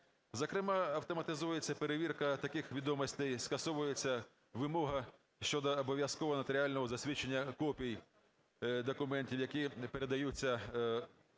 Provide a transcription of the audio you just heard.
Зокрема, автоматизується перевірка таких відомостей, скасовується вимога щодо обов'язкового нотаріального засвідчення копій документів, які не передаються з